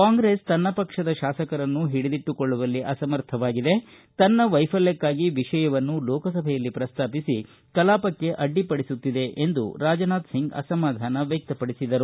ಕಾಂಗ್ರೆಸ್ ತನ್ನ ಪಕ್ಷದ ಶಾಸಕರನ್ನು ಹಿಡಿದಿಟ್ಟುಕೊಳ್ಳುವಲ್ಲಿ ಅಸಮರ್ಥವಾಗಿದೆ ತನ್ನ ವೈಫಲ್ಗಕ್ಷಾಗಿ ವಿಷಯವನ್ನು ಲೋಕಸಭೆಯಲ್ಲಿ ಪ್ರಸ್ತಾಪಿಸಿ ಕಲಾಪಕ್ಕೆ ಅಡ್ಡಿಪಡಿಸುತ್ತಿದೆ ಎಂದು ರಾಜನಾಥ್ಸಿಂಗ್ ಅಸಮಾಧಾನ ವ್ಯಕ್ತಪಡಿಸಿದರು